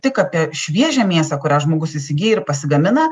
tik apie šviežią mėsą kurią žmogus įsigyja ir pasigamina